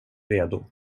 redo